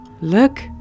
Look